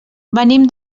venim